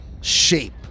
shape